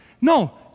no